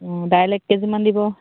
দাইল এক কেজিমান দিব